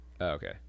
okay